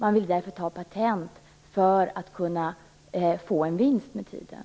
Man vill ta patent för att kunna göra en vinst med tiden.